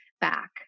back